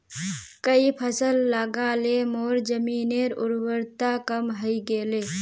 कई फसल लगा ल मोर जमीनेर उर्वरता कम हई गेले